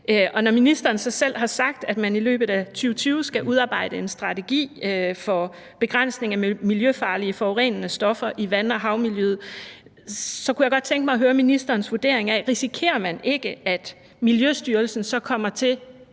når ministeren så selv har sagt, at man i løbet af 2020 skal udarbejde en strategi for begrænsning af miljøfarlige forurenende stoffer i vand- og havmiljøet, så kunne jeg godt tænke mig at høre ministerens vurdering af, om man så ikke risikerer, at Miljøstyrelsen kommer til